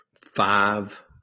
five